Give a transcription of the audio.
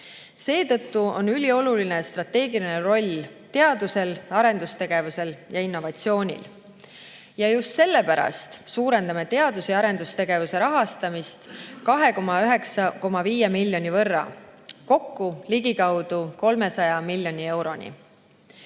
Seetõttu on ülioluline strateegiline roll teadusel, arendustegevusel ja innovatsioonil. Just sellepärast suurendame teadus- ja arendustegevuse rahastamist 29,5 miljoni võrra, kokku ligikaudu 300 miljoni euroni.